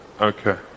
Okay